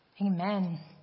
Amen